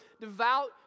devout